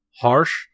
harsh